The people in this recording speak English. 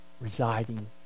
residing